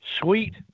Sweet